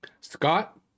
Scott